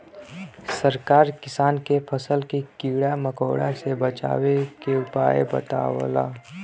सरकार किसान के फसल के कीड़ा मकोड़ा से बचावे के उपाय बतावलन